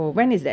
ya